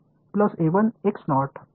எனவே p என்பது என்று கூறுங்கள்